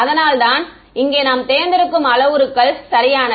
அதனால் தான் இங்கே நாம் தேர்ந்தெடுத்த அளவுருக்கள் சரியானவை